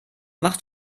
macht